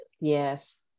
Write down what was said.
yes